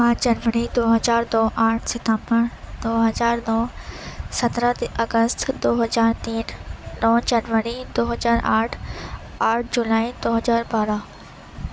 پانج جنوری دو ہزار دو آٹھ ستمبر دو ہزار نو سترہ اگست دو ہزار تین نو جنوری دو ہزار آٹھ آٹھ جولائی دو ہزار بارہ